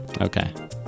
Okay